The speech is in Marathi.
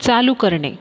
चालू करणे